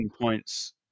points